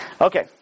Okay